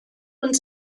und